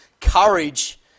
courage